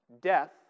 Death